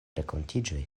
renkontiĝoj